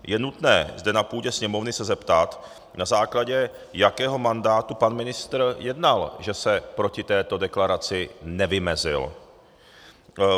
Je nutné zde na půdě Sněmovny se zeptat, na základě jakého mandátu pan ministr jednal, že se proti této deklaraci nevymezil.